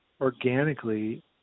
organically